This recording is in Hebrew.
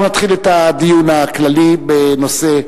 אנחנו נתחיל את הדיון הכללי בנושא,